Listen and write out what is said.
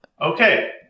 Okay